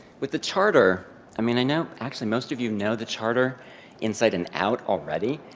with the charter i mean, i know actually most of you know the charter inside and out already,